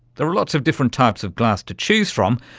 there are lots of different types of glass to choose from,